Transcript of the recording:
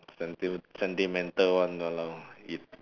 senti~ sentimental one ya lor